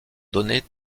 donnés